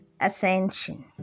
Ascension